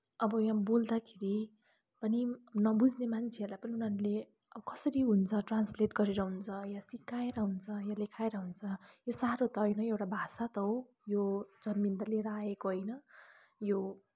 अब यहाँ बोल्दाखेरि पनि नबुझ्ने मान्छेहरूलाई पनि उनीहरूले कसरी हुन्छ ट्रान्सलेट गरेर हुन्छ या सिकाएर हुन्छ या लेखाएर हुन्छ यो साह्रो त होइन एउटा भाषा त हो यो जन्मिँदा लिएर आएको होइन यो